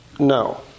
No